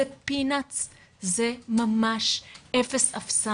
זה ממש פינאטס ,זה מעט אפס אפסיים.